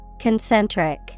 Concentric